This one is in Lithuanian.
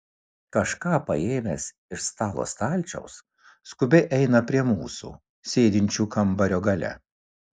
kažką paėmęs iš stalo stalčiaus skubiai eina prie mūsų sėdinčių kambario gale